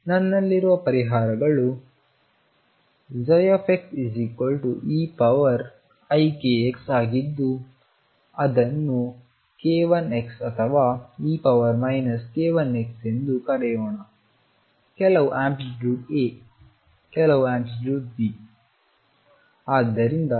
ಆದ್ದರಿಂದ ನನ್ನಲ್ಲಿರುವ ಪರಿಹಾರಗಳು xeikxಆಗಿದ್ದು ಅದನ್ನು k1x ಅಥವಾ e ik1xಎಂದು ಕರೆಯೋಣ ಕೆಲವು ಅಂಪ್ಲಿ ಟ್ಯೂಡ್ A ಕೆಲವು ಅಂಪ್ಲಿ ಟ್ಯೂಡ್ B